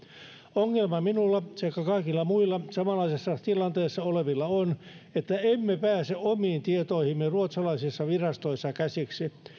ongelma minulla sekä kaikilla muilla samanlaisessa tilanteessa olevilla on että emme pääse omiin tietoihimme ruotsalaisissa virastoissa käsiksi